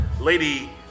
lady